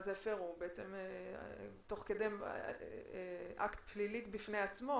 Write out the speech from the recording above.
את המעצר אקט פלילי בפני עצמו